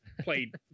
played